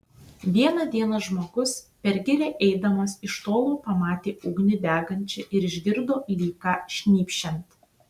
vieną dieną žmogus per girią eidamas iš tolo pamatė ugnį degančią ir išgirdo lyg ką šnypščiant